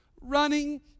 running